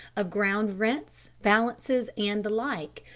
of ground rents, balances and the like,